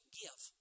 give